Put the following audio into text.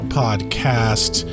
podcast